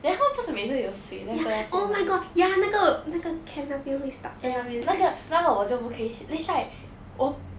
then hor 不是每次有水在那边 lor 那个那个我就不可以 is like 我